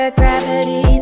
gravity